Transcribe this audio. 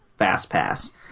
FastPass